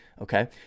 Okay